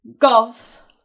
Golf